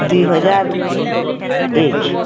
ଦୁଇ ହଜାର ଏକ